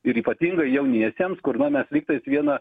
ir ypatingai jauniesiems kur na mes lygtais viena